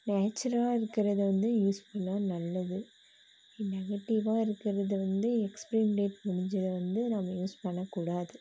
நேச்சுரலாக இருக்கிறத வந்து யூஸ் பண்ணால் நல்லது நெகட்டிவாக இருக்கிறத வந்து எக்ஸ்பீரி டேட் முடிஞ்சதை வந்து நம்ம யூஸ் பண்ணக்கூடாது